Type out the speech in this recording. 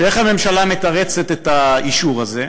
איך הממשלה מתרצת את האישור הזה?